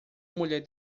mulher